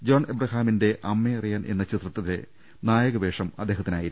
John എബ്രഹാമിന്റെ അമ്മ അറി യാൻ എന്ന ചിത്രത്തിലെ നായകവേഷം അദ്ദേഹത്തി നായിരുന്നു